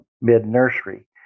mid-nursery